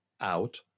out